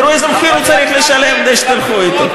תראו איזה מחיר הוא צריך לשלם כדי שתלכו אתו.